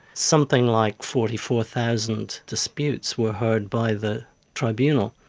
something like forty four thousand disputes were heard by the tribunal.